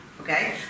okay